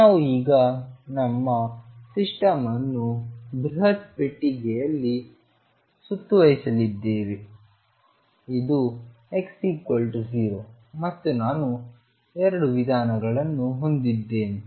ನಾವು ಈಗ ನಮ್ಮ ಸಿಸ್ಟಮ್ ಅನ್ನು ಬೃಹತ್ ಪೆಟ್ಟಿಗೆಯಲ್ಲಿ ಸುತ್ತುವರೆಯಲಿದ್ದೇವೆ ಇದು x 0 ಮತ್ತು ನಾನು ಎರಡು ವಿಧಾನಗಳನ್ನು ಹೊಂದಿದ್ದೇನೆ